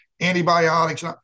antibiotics